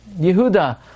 Yehuda